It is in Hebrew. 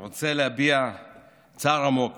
אני רוצה להביע צער עמוק